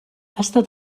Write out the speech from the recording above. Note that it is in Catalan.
estat